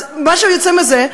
אז מה שיוצא מזה,